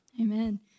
Amen